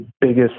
biggest